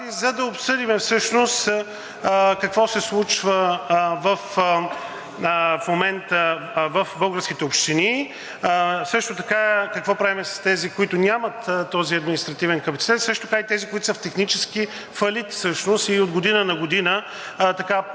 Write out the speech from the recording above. за да обсъдим всъщност какво се случва в момента в българските общини. Също така какво правим с тези, които нямат този административен капацитет? Също така и тези, които са в технически фалит всъщност и от година на година